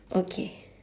okay